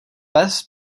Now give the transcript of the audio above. pes